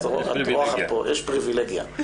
את אורחת פה, יש פריבילגיה.